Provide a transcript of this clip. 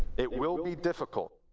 it will be difficult.